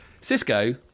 Cisco